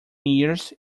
years